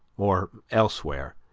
or elsewhere,